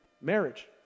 marriage